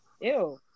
Ew